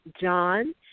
John